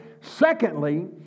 Secondly